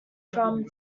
from